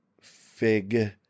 Fig